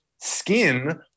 skin